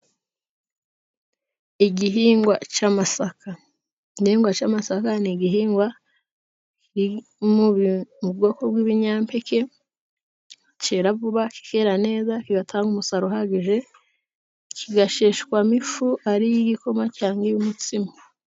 Igihingwa cy'amasaka: igihingwa cy'amasaka ni igihingwa kiri mu bwoko bw'ibinyampekeke keravuba kikera neza kigatanga umusaruro uhagije kigasheshwamo ifu ari i gikoma cyangwa iyumutsima.